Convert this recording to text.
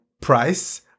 price